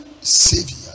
savior